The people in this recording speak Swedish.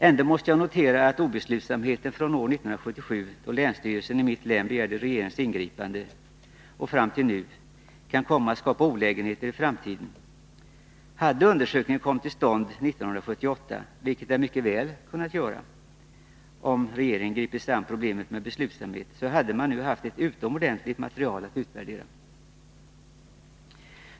Ändå måste jag notera att obeslutsamheten från 1977, då länsstyrelsen i mitt län begärde regeringens ingripande, och fram till nu kan komma att skapa olägenheter i framtiden. Hade undersökningen kommit till stånd 1978, vilken den mycket väl kunnat göra om regeringen gripit sig an problemet med beslutsamhet, så hade man i dag haft ett utomordentligt material att utvärdera.